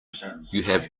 have